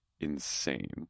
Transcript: insane